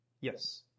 Yes